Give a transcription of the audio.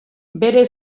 bere